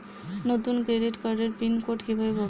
নতুন ক্রেডিট কার্ডের pin code কিভাবে পাব?